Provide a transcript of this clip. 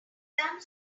done